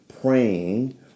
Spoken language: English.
praying